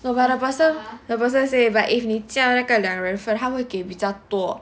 no but the person if 你叫那个两人份他会给比较多